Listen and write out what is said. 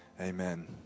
Amen